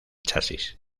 chasis